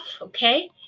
okay